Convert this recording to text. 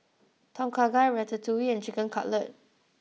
Tom Kha Gai Ratatouille and Chicken Cutlet